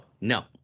no